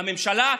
הממשלה,